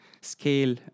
scale